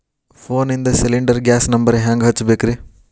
ಫೋನಿಂದ cylinder gas number ಹೆಂಗ್ ಹಚ್ಚ ಬೇಕ್ರಿ?